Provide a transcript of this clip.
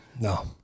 No